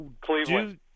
Cleveland